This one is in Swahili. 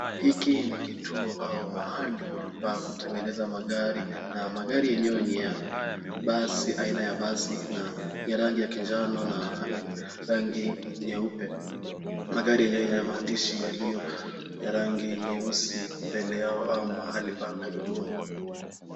Hiki ni kituo au mahali pa kutengeneza magari, na magari yenyewe ni ya basi aina ya basi na ya rangi ya kinjano na rangi nyeupe, magari yenyewe yenye maandishi yaliyo ya rangi nyeusi mbele yao au mahali pa gurudumu.